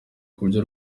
kubyo